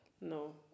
No